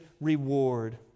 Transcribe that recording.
reward